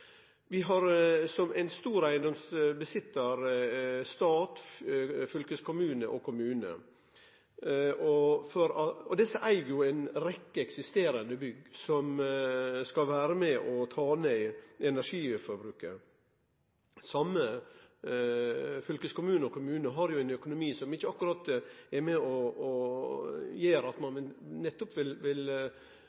Vi har som ein stor eigedomseigar stat, fylkeskommune og kommune, og desse eig jo ei rekke eksisterande bygg som skal vere med på å ta ned energiforbruket. Dei same – fylkeskommune og kommune – har jo ein økonomi som ikkje akkurat er med og gjer at ein